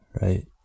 Right